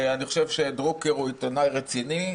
אני חושב שדרוקר עיתונאי רציני,